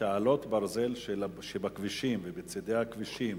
תעלות הברזל שבכבישים ובצדי הכבישים,